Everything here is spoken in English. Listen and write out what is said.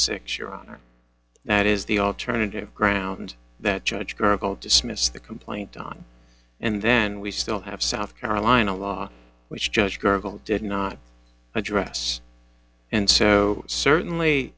six your honor that is the alternative ground that judge curricle dismiss the complaint on and then we still have south carolina law which judge gurgled did not address and so certainly